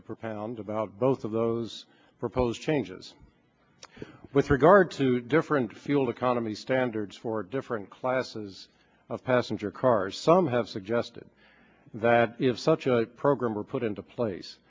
to propound about both of those proposed changes with regard to different fuel economy standards for different classes of passenger cars some have suggested that if such a program were put into place